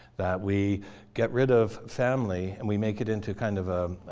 that we get rid of family, and we make it into kind of a